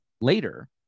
later